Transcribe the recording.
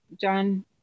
John